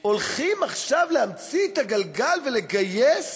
הולכים עכשיו להמציא את הגלגל ולגייס